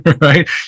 Right